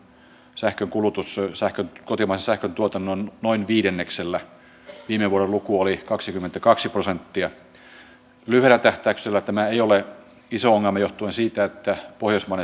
tällä hetkellä valitettavasti suomessa on eri kunnissa ikäihmisiä he ovat usein muistisairautta sairastavia jotka ovat kotona vaikka se ei ole enää heille paras mahdollinen paikka